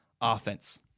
offense